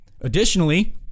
Additionally